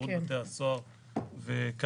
שירות בתי הסוהר וכב"ה,